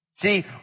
See